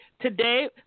Today